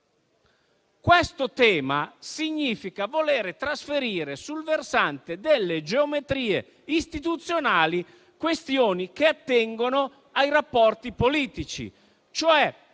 Questo tema significa voler trasferire sul versante delle geometrie istituzionali questioni che attengono ai rapporti politici. La